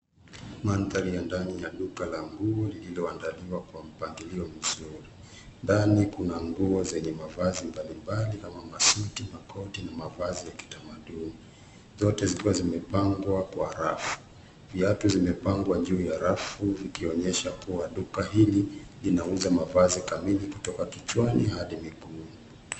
Mandhari ya ndani ya duka la nguo lililoandaliwa kwa mpangilio mzuri. Ndani kuna nguo zenye mavazi mbalimbali kama masuti, makoti na mavazi ya kitamaduni; zote zikiwa zimepangwa kwa rafu. Viatu zimepangwa juu ya rafu ikionyesha kuwa duka hili linauza mavazi kamili kutoka kichwani hadi.